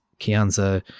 Kianza